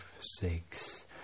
six